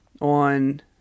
on